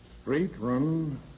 Straight-run